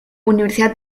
universidad